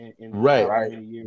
Right